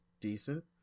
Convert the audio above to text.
decent